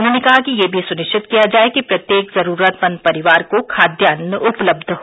उन्होंने कहा कि यह भी सुनिश्चित किया जाये कि प्रत्येक जरूरतमंद परिवार को खाद्यान्न उपलब्ध हो